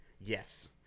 Yes